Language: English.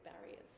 barriers